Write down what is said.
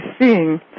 seeing